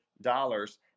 dollars